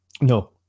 no